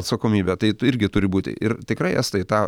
atsakomybė tai irgi turi būti ir tikrai estai tą